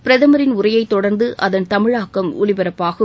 பிரதமரின் உரையை தொடர்ந்து அதன் தமிழாக்கம் ஒலிபரப்பாகும்